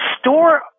store